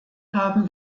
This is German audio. haben